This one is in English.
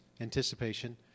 anticipation